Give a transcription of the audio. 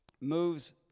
moves